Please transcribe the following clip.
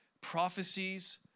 prophecies